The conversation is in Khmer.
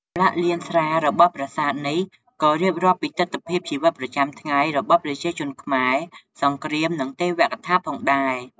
ចម្លាក់លៀនស្រាលរបស់ប្រាសាទនេះក៏រៀបរាប់ពីទិដ្ឋភាពជីវិតប្រចាំថ្ងៃរបស់ប្រជាជនខ្មែរ សង្គ្រាម និងទេវកថាផងដែរ។